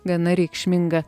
gana reikšmingą